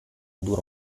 dura